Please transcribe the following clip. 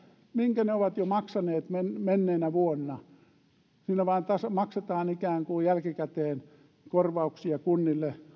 minkä ne ovat jo maksaneet menneenä vuonna tässä vain maksetaan ikään kuin jälkikäteen korvauksia kunnille